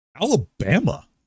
Alabama